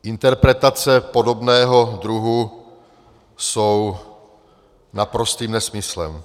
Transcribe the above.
Interpretace podobného druhu jsou naprostým nesmyslem.